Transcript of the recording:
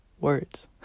Words